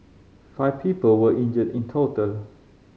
five people were injured in total